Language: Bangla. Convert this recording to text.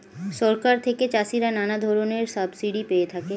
সরকার থেকে চাষিরা নানা ধরনের সাবসিডি পেয়ে থাকে